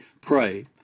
pray